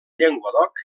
llenguadoc